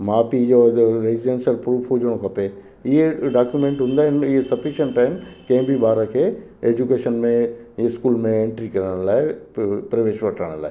माउ पीउ जो रीजन्स ऐं प्रूफ़ हुजिणो खपे इहे डॉक्यूमेंट हूंदा आहिनि इहे सफ़िशंट आहिनि कंहिं बि ॿार खे एजुकेशन में इस्कूल में एंट्री करण लाइ प प्रवेश वठण लाइ